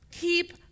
keep